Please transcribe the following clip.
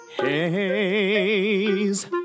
Haze